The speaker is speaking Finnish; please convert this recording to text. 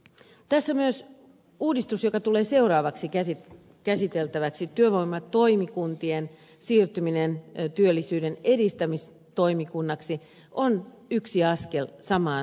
tässä myös uudistus joka tulee seuraavaksi käsiteltäväksi työvoimatoimikuntien siirtyminen työllisyyden edistämistoimikunnaksi on yksi askel samaan suuntaan